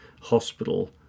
hospital